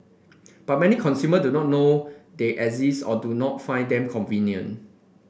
but many consumer do not know they exist or do not find them convenient